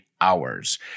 hours